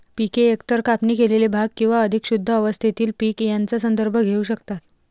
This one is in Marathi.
पिके एकतर कापणी केलेले भाग किंवा अधिक शुद्ध अवस्थेतील पीक यांचा संदर्भ घेऊ शकतात